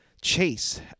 Chase